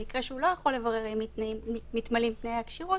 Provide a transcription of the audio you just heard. במקרה שהוא לא יכול לברר האם מתמלאים תנאי הכשירות